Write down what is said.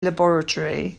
laboratory